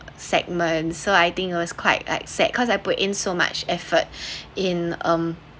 segment so I think it was quite like sad cause I put in so much effort in um